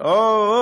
מה